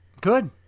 Good